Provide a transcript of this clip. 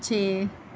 ਛੇ